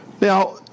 Now